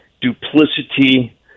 duplicity